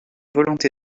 volonté